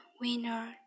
Winner